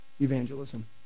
evangelism